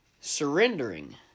surrendering